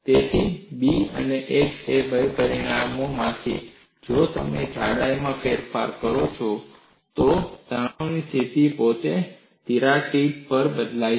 તેથી B અને h બે પરિમાણોમાંથી જો તમે જાડાઈમાં ફેરફાર કરો છો તો તણાવની સ્થિતિ પોતે તિરાડ ટીપ પર બદલાય છે